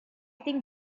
think